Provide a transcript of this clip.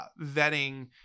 vetting